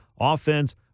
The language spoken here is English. offense